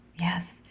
Yes